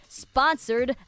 sponsored